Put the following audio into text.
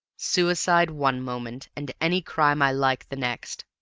suicide one moment, and any crime i like the next!